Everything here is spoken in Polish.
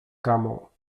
kamo